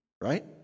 right